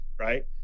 right